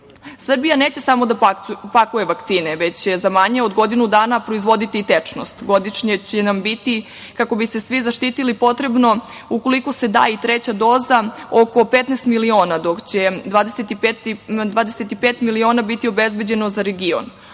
neće samo da pakuje vakcine, već će za manje od godina dana proizvoditi i tečnost. Godišnje će nam biti kako bi se svi zaštitili potrebno, ukoliko se da i treća doza, oko 15 miliona, dok će 25 miliona biti obezbeđeno za region. Okolnim